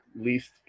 least